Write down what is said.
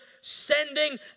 Sending